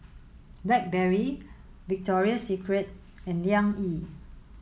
Blackberry Victoria Secret and Liang Yi